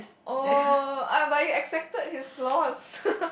oh ah but you accepted his flaws